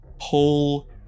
pull